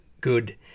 good